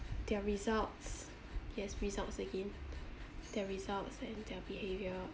their results yes results again their results and their behaviour